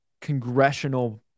congressional